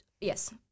Yes